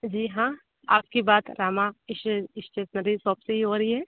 जी हाँ आपकी बात रामा स्टेश स्टेशनरी शॉप से ही हो रही है